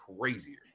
crazier